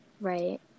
Right